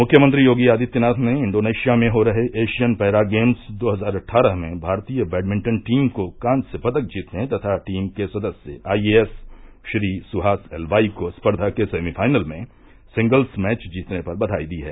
मुख्यमंत्री योगी आदित्यनाथ ने इंडोनेशिया में हो रहे एशियन पैरा गेम्स दो हजार अट्ठारह में भारतीय बैडमिंटन टीम को कांस्य पदक जीतने तथा टीम के सदस्य आईएएस श्री सुहास एलवाईको स्पर्धा के सेमीफाइनल में सिंगल्स मैच जीतने पर बघाई दी है